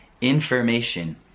information